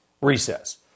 recess